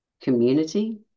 Community